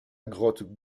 grotte